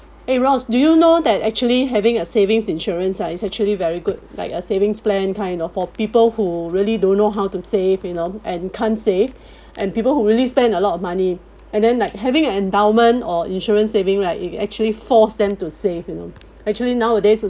eh ros do you know that actually having a savings insurance ah is actually very good like a savings plan kind for people who really don't know how to save you know and can't save and people who really spend a lot of money and then like having an endowment or insurance savings like it actually force them to save you know actually nowadays